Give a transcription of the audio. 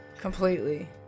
completely